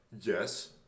yes